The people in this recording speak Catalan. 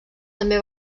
també